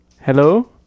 Hello